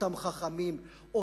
אותם חכמים,